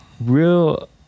real